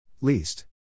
Least